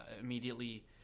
immediately